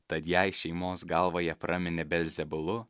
tad jei šeimos galvą jie praminė belzebulu